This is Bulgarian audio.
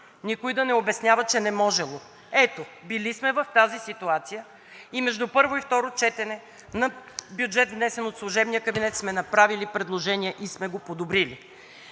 Никой да не обяснява, че не можело. Ето, били сме в тази ситуация и между първо и второ четене на бюджет, внесен от служебния кабинет, сме направили предложение и сме го подобрили...